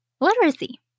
Literacy